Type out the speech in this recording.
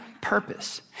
purpose